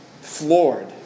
floored